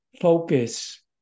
focus